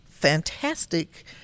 fantastic